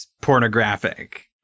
pornographic